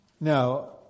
Now